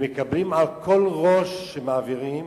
מקבלים על כל ראש שמעבירים,